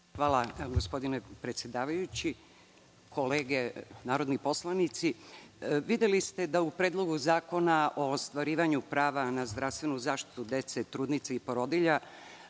Hvala, gospodine predsedavajući. Kolege narodni poslanici, videli ste da u Predlogu zakona o ostvarivanju prava na zdravstvenu zaštitu dece, trudnica i porodilja